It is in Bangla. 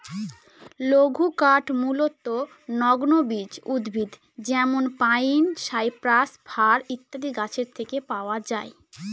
লঘুকাঠ মূলতঃ নগ্নবীজ উদ্ভিদ যেমন পাইন, সাইপ্রাস, ফার ইত্যাদি গাছের থেকে পাওয়া যায়